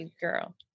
girl